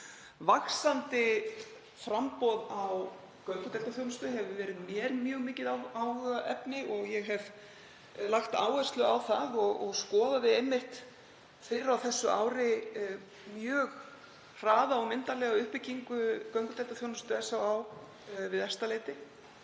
Vaxandi framboð á göngudeildarþjónustu hefur verið mér mjög mikið áhugaefni og ég hef lagt áherslu á það. Ég skoðaði einmitt fyrr á þessu ári mjög hraða og myndarlega uppbyggingu göngudeildarþjónustu SÁÁ við Efstaleiti